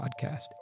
podcast